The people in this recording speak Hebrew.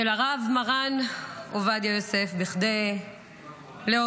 של הרב מרן עובדיה יוסף, כדי להודות,